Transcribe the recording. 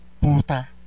puta